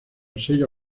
sello